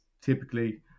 typically